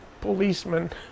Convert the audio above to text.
policeman